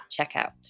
checkout